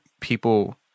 people